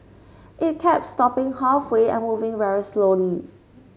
it kept stopping halfway and moving very slowly